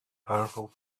powerful